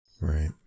Right